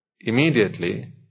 immediately